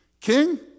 King